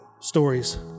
Stories